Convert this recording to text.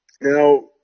Now